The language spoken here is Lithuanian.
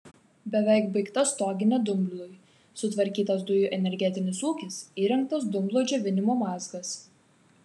beveik baigta stoginė dumblui sutvarkytas dujų energetinis ūkis įrengtas dumblo džiovinimo mazgas